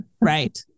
right